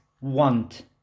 Want